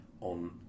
on